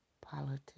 politics